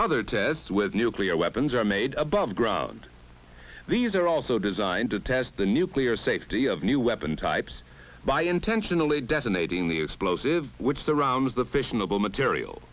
other tests with nuclear weapons are made above ground these are also designed to test the nuclear safety of new weapon types by intentionally detonating the explosive which surrounds the fissionable material